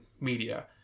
media